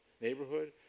neighborhood